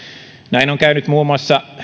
näin on käynyt muun muassa